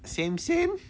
same same